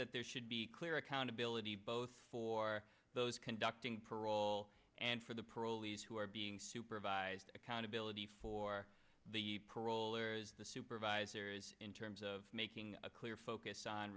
that there should be clear accountability both for those conducting parole and for the parolees who are being supervised accountability for the parole or is the supervisors in terms of making a clear focus on